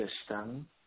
system